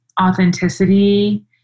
authenticity